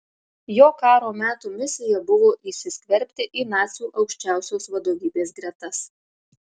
jo karo metų misija buvo įsiskverbti į nacių aukščiausios vadovybės gretas